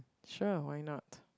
sure why not